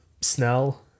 Snell